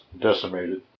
decimated